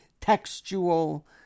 textual